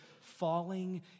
falling